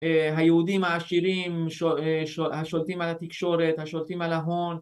‫היהודים העשירים, ‫השולטים על התקשורת, השולטים על ההון.